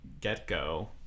get-go